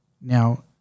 Now